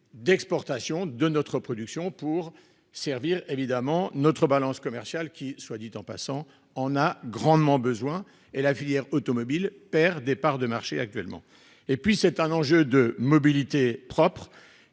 d'exportation de notre production pour servir évidemment notre balance commerciale qui soit dit en passant on a grandement besoin et la filière automobile perd des parts de marché actuellement et puis c'est un enjeu de mobilité propre